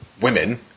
women